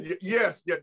Yes